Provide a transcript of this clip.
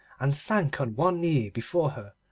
and sank on one knee before her,